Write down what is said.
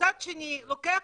ומצד שני לוקח